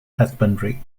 husbandry